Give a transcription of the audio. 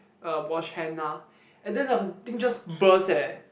um wash hand uh and then the thing just burst eh